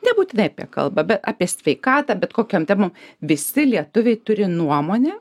nebūtinai apie kalbą be apie sveikatą bet kokiom temom visi lietuviai turi nuomonę